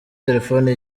telefoni